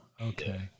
Okay